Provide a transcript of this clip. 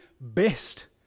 best